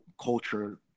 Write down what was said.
culture